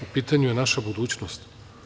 U pitanju je naša budućnost.